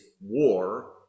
war